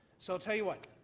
so tell you what,